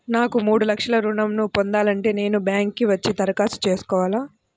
నాకు మూడు లక్షలు ఋణం ను పొందాలంటే నేను బ్యాంక్కి వచ్చి దరఖాస్తు చేసుకోవాలా?